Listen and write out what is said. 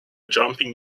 jumping